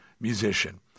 musician